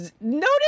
Notice